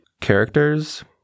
characters